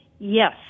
Yes